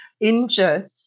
injured